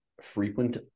frequent